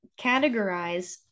categorize